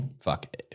fuck